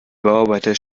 bauarbeiter